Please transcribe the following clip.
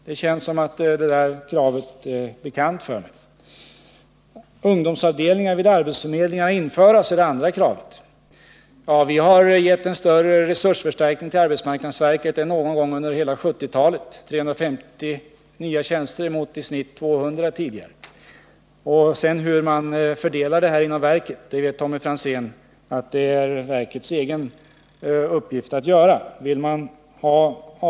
Det kravet verkar bekant för mig. Det andra kravet gäller att ungdomsavdelningar vid arbetsförmedlingarna skall införas. Till det vill jag säga att vi givit arbetsmarknadsverket en större resursförstärkning än någon gång tidigare under hela 1970-talet, nämligen 350 nya tjänster mot i genomsnitt 200 tidigare år. Arbetsmarknadsverket har sedan, som Tommy Franzén vet, att självt besluta om fördelningen av dessa tjänster inom verket.